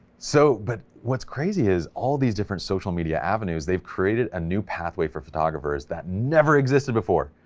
so but what's crazy is, all these different social media avenues, they've created a new pathway for photographers that never existed before,